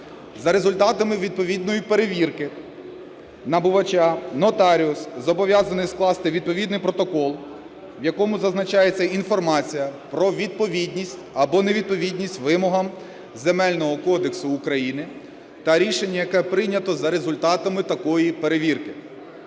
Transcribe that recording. За результатами відповідної перевірки набувача нотаріус зобов'язаний скласти відповідний протокол, в якому зазначається інформація про відповідність або не відповідність вимогам Земельного кодексу України, та рішення, яке прийнято за результатами такої перевірки.